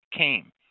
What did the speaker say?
came